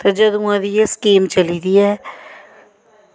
ते जदूआं दी एह् स्कीम चली दी ऐ